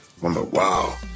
Wow